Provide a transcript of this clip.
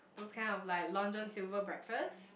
those kind of like Long-John-Silver breakfast